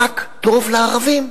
ברק טוב לערבים,